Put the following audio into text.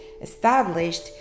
established